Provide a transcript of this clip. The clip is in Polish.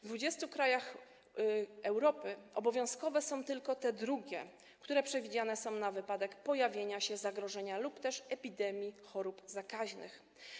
W 20 krajach Europy obowiązkowe są tylko te drugie, które przewidziane są na wypadek pojawienia się zagrożenia lub też epidemii chorób zakaźnych.